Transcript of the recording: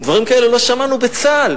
דברים כאלה לא שמענו בצה"ל.